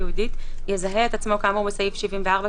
ייעודית יזהה את עצמו כאמור בסעיף 74,